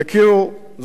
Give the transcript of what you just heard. זוהי ביבילנד,